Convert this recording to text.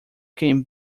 came